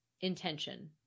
intention